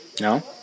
No